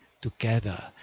together